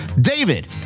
David